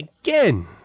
again